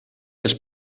els